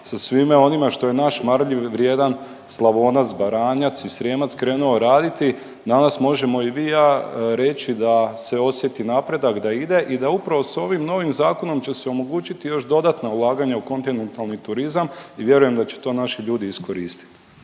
sa svime onima što je naš marljiv, vrijedan, Slavonac, Baranjac i Srijemac krenuo raditi, danas možemo i vi i ja reći da se osjeti napredak, da ide i da upravo s ovim novim zakonom će se omogućiti još dodatna ulaganja u kontinentalni turizam i vjerujem da će to naši ljudi iskoristit.